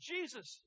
Jesus